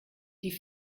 die